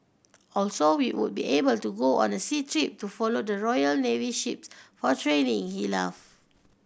also we would be able to go on a sea trip to follow the Royal Navy ships for training he laughed